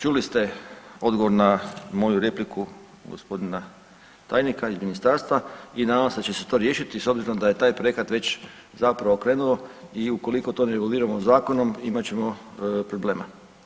Čuli ste odgovor na moju repliku gospodina tajnika iz ministarstva i nadam se da će se to riješiti s obzirom da je taj projekat već zapravo krenuo i ukoliko to ne reguliramo zakonom imat ćemo problema.